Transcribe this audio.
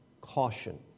caution